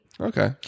Okay